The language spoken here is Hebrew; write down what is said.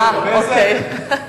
אוקיי.